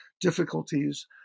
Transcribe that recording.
difficulties